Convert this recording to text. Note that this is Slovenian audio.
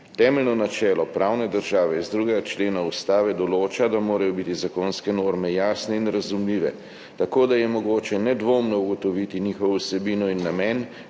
»Temeljno načelo pravne države iz 2. člena Ustave določa, da morajo biti zakonske norme jasne in razumljive, tako da je mogoče nedvoumno ugotoviti njihovo vsebino in namen,